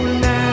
now